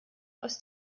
aus